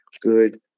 good